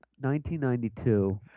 1992